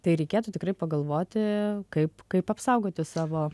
tai reikėtų tikrai pagalvoti kaip kaip apsaugoti savo